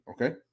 okay